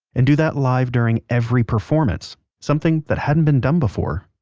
and do that live during every performance, something that hadn't been done before